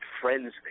friends